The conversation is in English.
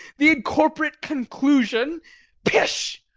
the incorporate conclusion pish